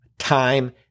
time